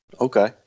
Okay